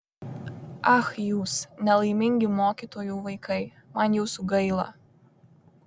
ach jūs nelaimingi mokytojų vaikai man jūsų gaila